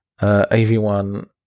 AV1